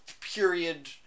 period